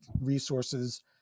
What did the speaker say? resources